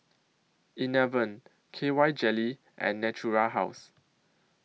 Enervon K Y Jelly and Natura House